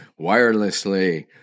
wirelessly